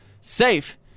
safe